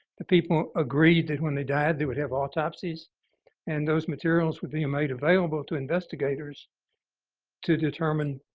the people agreed that when they died, they would have autopsies and those materials would be made available to investigators to determine